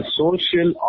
social